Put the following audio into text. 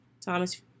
Thomas